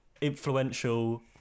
influential